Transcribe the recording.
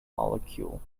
molecule